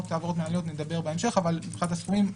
העבירות המינהליות נדבר בהמשך אבל מבחינת הסכומים,